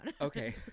okay